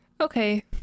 okay